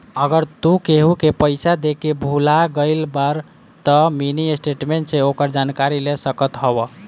अगर तू केहू के पईसा देके भूला गईल बाड़ऽ तअ मिनी स्टेटमेंट से ओकर जानकारी ले सकत हवअ